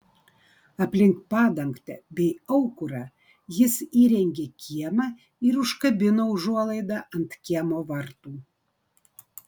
aplink padangtę bei aukurą jis įrengė kiemą ir užkabino užuolaidą ant kiemo vartų